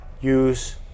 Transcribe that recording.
use